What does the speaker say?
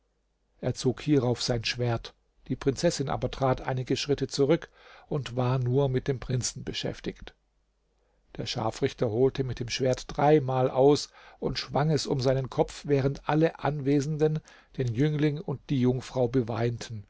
er zog hierauf sein schwert die prinzessin aber trat einige schritte zurück und war nur mit dem prinzen beschäftigt der scharfrichter holte mit dem schwert dreimal aus und schwang es um seinen kopf während alle anwesenden den jüngling und die jungfrau beweinten